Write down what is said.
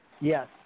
Yes